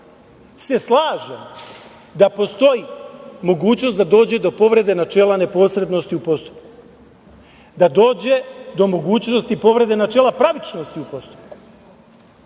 se da postoji mogućnost da dođe do povrede načela neposrednosti u postupku, da dođe do mogućnosti povrede načela pravičnosti u postupku.